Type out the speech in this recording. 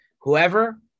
whoever